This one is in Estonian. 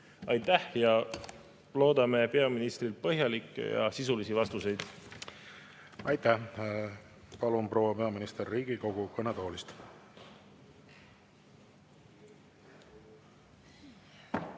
Aitäh! Loodame peaministrilt põhjalikke ja sisulisi vastuseid. Aitäh! Palun, proua peaminister, Riigikogu kõnetoolist!